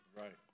right